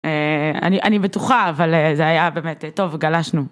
אני אני בטוחה אבל זה היה באמת טוב גלשנו.